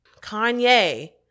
Kanye